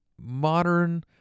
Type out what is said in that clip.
modern